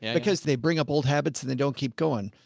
and because they bring up old habits and then don't keep going.